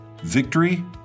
victory